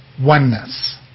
oneness